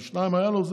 כי שניים היו לו,